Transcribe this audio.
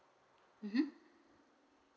mmhmm